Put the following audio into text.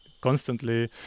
constantly